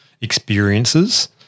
experiences